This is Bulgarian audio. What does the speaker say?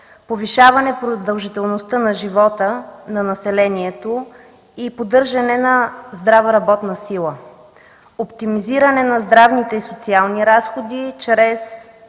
повишаване продължителността на живота на населението и поддържане на здрава работна сила, оптимизиране на здравните и социални разходи чрез